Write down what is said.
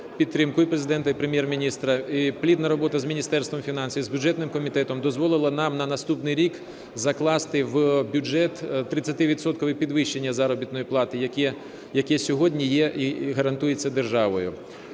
підтримку і Президента, і Прем'єр-міністра. І плідна робота з Міністерством фінансів, з бюджетним комітетом дозволила нам на наступний рік закласти в бюджет тридцятивідсоткове підвищення заробітної плати, яке сьогодні є і гарантується державою.